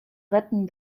retten